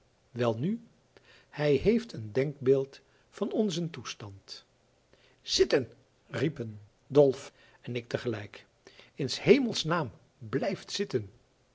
welnu hij heeft een denkbeeld van onzen toestand zitten riepen dolf en ik tegelijk in s hemels naam blijft zitten